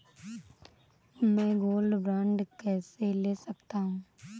मैं gold bond कैसे ले सकता हूँ?